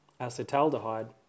acetaldehyde